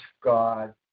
God